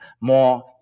more